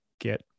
get